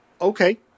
Okay